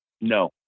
No